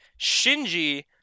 Shinji